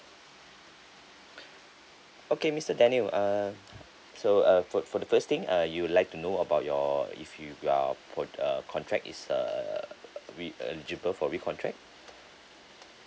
okay mister daniel err so uh for for the first thing uh you would like to know about your if you ah for uh contract is err we eligible for re contract